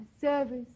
service